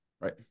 Right